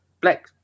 black